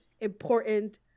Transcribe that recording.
important